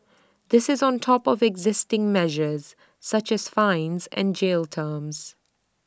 this is on top of existing measures such as fines and jail terms